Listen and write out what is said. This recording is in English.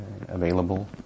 available